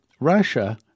Russia